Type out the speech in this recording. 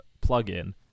plug-in